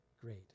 great